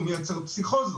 הוא מייצר פסיכוזות.